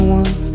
one